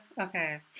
Okay